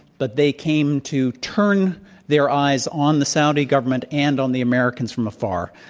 but they came to turn their eyes on the saudi government and on the americans from afar.